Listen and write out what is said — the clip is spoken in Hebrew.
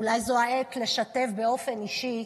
אולי זו העת לשתף באופן אישי,